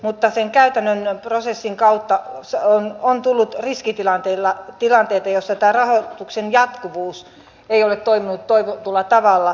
mutta sen käytännön prosessin kautta on tullut riskitilanteita joissa tämä rahoituksen jatkuvuus ei ole toiminut toivotulla tavalla